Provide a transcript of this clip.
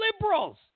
liberals